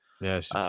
Yes